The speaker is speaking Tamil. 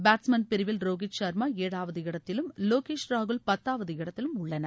பேட்ஸ்மேன் பிரிவில் ரோஹித் சா்மா ஏழாவது இடத்திலும் வோகேஷ் ராகுல் பத்தாவது இடத்திலும் உள்ளனர்